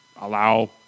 allow